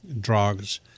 drugs